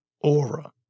aura